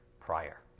prior